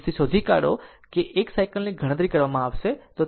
તે પછી શોધી કા 1ો કે 1 સાયકલ ગણતરી કરવામાં આવશે 150 સેકંડ છે જે 0